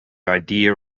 idea